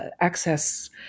access